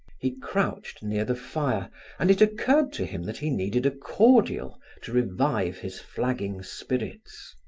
he crouched near the fire and it occurred to him that he needed a cordial to revive his flagging spirits.